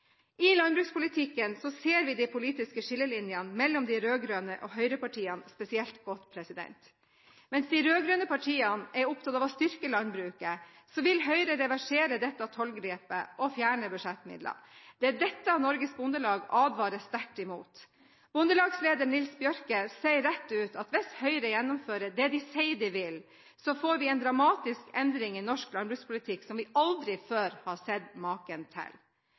landbrukspolitikken ser vi de politiske skillelinjene mellom de rød-grønne og høyrepartiene spesielt godt. Mens de rød-grønne partiene er opptatt av å styrke landbruket, vil Høyre reversere dette tollgrepet og fjerne budsjettmidler. Det er dette Norges Bondelag advarer sterkt imot. Bondelagsleder Nils Bjørke sier rett ut at hvis Høyre gjennomfører det de sier de vil, får vi en dramatisk endring i norsk landbrukspolitikk som vi aldri før har sett maken til.